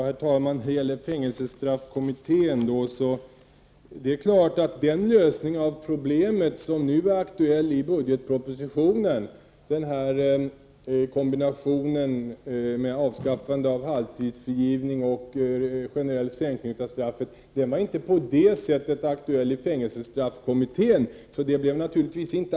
Herr talman! När det gäller fängelsestraffkommittén är det så att den lösning av problemet som nu är aktuell i budgetpropositionen — den här kombinationen med avskaffande av halvtidsfrigivning och generell sänkning av straffskalorna — inte var på samma sätt aktuell i fängelsestraffkommittén.